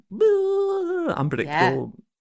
unpredictable